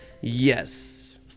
yes